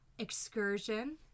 Excursion